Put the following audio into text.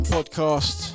Podcast